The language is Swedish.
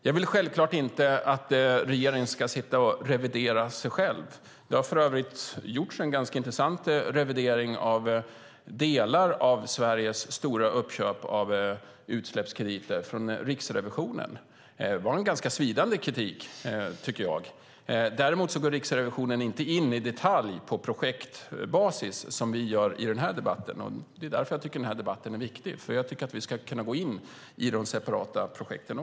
Jag vill självklart inte att regeringen ska revidera sig själv. Riksrevisionen har för övrigt gjort en ganska intressant revidering av delar av Sveriges stora uppköp av utsläppskrediter. Det var en ganska svidande kritik, tycker jag. Däremot går inte Riksrevisionen in i detalj på olika projekt, som vi gör i den här debatten. Det är därför jag tycker att denna debatt är viktig. Jag tycker att vi ska kunna gå in också i de separata projekten.